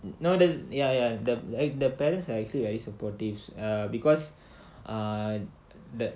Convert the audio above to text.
no the ya ya the the parents are actually very supportive uh because uh the